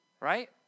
Right